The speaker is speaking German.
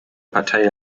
partei